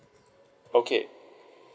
okay